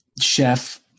chef